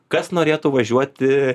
kas norėtų važiuoti